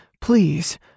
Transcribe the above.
Please